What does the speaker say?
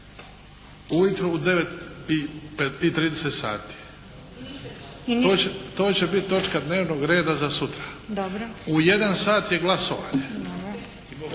ujutro u 9 i 30 sati. To će biti točna dnevnog reda za sutra. U 1 sat je glasovanje.